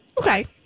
okay